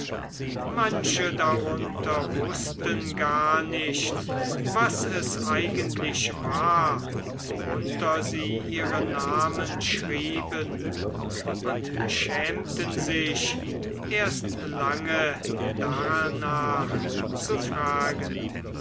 manche darunter wußten gar nicht was es eigentlich war worunter sie ihren namen schrieben und schämten sich erst lange darnach zu fragen